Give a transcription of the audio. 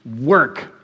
work